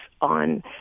on